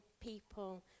people